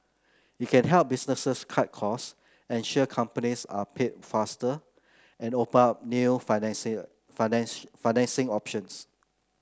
it can help businesses cut costs ensure companies are paid faster and open up new financing options